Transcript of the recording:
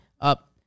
up